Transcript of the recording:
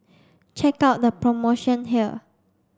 check out the promotion here